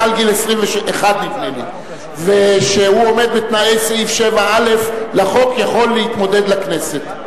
שעומד בתנאי סעיף 7א לחוק, יכול להתמודד לכנסת.